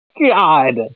God